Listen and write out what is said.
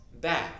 back